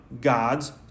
God's